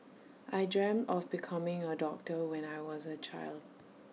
I dreamt of becoming A doctor when I was A child